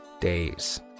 days